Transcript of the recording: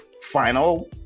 final